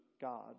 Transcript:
God